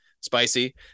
spicy